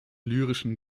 lyrischen